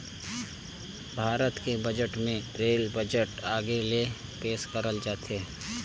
भारत के बजट मे rail budget अलगे ले पेस करल जाथे